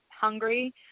hungry